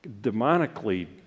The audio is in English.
demonically